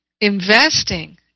investing